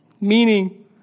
meaning